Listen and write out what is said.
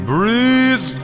Breeze